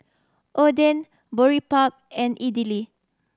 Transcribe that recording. Oden Boribap and Idili